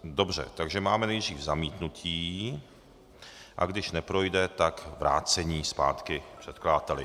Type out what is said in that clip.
Dobře, tak máme nejdřív zamítnutí, a když neprojde, tak vrácení zpátky předkladateli.